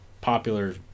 popular